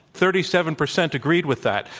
thirty seven percent agreed with that,